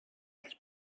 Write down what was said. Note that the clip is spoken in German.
aus